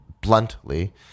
bluntly